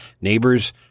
Neighbors